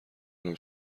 آرام